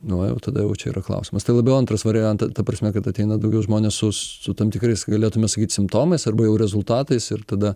nu jau tada jau čia yra klausimas tai labiau antras varianta ta prasme kad ateina daugiau žmonės su tam tikrais galėtume sakyt simptomais arba jau rezultatais ir tada